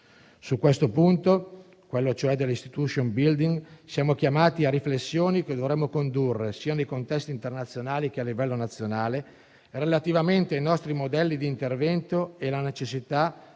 Su questo punto, quello cioè dell'*institution building*, siamo chiamati a riflessioni, che dovremo condurre sia nei contesti internazionali che a livello nazionale, relativamente ai nostri modelli di intervento e alla necessità